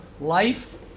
life